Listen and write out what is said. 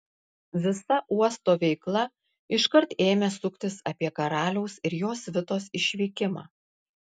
visa uosto veikla iškart ėmė suktis apie karaliaus ir jo svitos išvykimą